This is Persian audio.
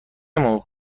موقع